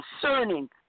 concerning